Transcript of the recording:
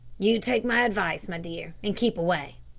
you take my advice, my dear, and keep away.